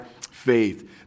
faith